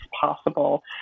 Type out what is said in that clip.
possible